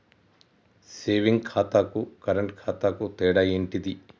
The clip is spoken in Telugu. సేవింగ్ ఖాతాకు కరెంట్ ఖాతాకు తేడా ఏంటిది?